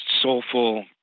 soulful